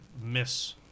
miss